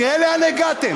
תראה לאן הגעתם.